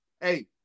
hey